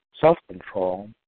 self-control